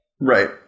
Right